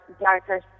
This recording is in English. darker